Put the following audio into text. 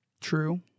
True